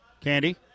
Candy